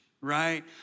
right